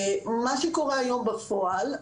מה שקורה היום בפועל,